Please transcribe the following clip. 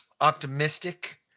optimistic